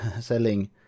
selling